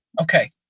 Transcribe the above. Okay